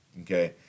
Okay